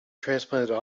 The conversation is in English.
transplanted